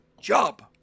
job